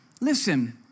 Listen